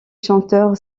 chanteurs